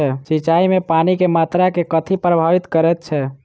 सिंचाई मे पानि केँ मात्रा केँ कथी प्रभावित करैत छै?